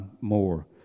more